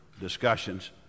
discussions